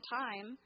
time